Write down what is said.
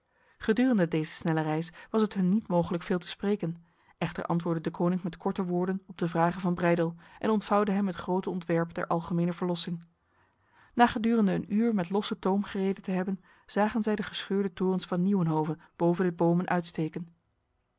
gedurende deze snelle reis was het hun niet mogelijk veel te spreken echter antwoordde deconinck met korte woorden op de vragen van breydel en ontvouwde hem het grote ontwerp der algemene verlossing na gedurende een uur met losse toom gereden te hebben zagen zij de gescheurde torens van nieuwenhove boven de bomen uitsteken